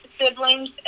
Siblings